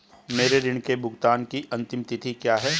मेरे ऋण के भुगतान की अंतिम तिथि क्या है?